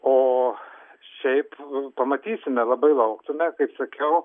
o šiaip pamatysime labai lauktume kaip sakiau